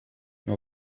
mehr